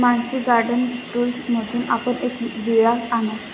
Mansi garden टूल्समधून आपण एक विळा आणा